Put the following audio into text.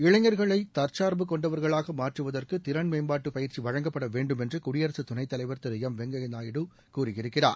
இளைஞா்களை தற்சாா்பு கொண்டவர்களாக மாற்றுவதற்கு திறன்மேம்பாட்டு பயிற்சி வழங்கப்படவேண்டும் என்று குடியரசு துணைத் தலைவர் திரு எம் வெங்கையா நாயுடு கூறியிருக்கிறார்